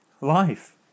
life